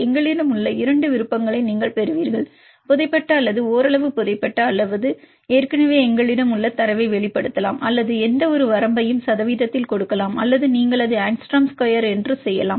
எங்களிடம் உள்ள இரண்டு விருப்பங்களை நீங்கள் பெறுவீர்கள் புதைபட்ட அல்லது ஓரளவு புதைபட்ட அல்லது ஏற்கனவே எங்களிடம் உள்ள தரவை வெளிப்படுத்தலாம் அல்லது எந்தவொரு வரம்பையும் சதவீதத்தில் கொடுக்கலாம் அல்லது நீங்கள் அதை ஆங்ஸ்ட்ரோம் ஸ்கொயர் செய்யலாம்